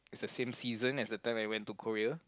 it's the same season as the time I went to Korea